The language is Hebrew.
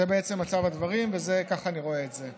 זה מצב הדברים וכך אני רואה את זה,